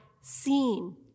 seen